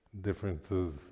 differences